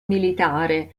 militare